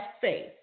faith